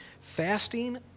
fasting